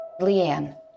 Leanne